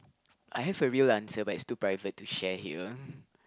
I have a real answer but it's too private to share here